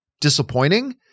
disappointing